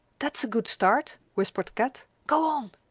that's a good start, whispered kat. go on.